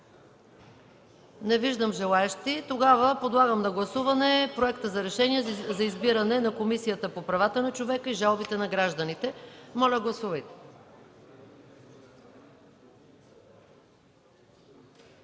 Не виждам желаещи. Подлагам на гласуване Проекта на решение за избиране на Комисия по правата на човека и жалбите на гражданите. Гласували